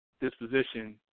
disposition